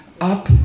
up